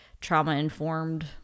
trauma-informed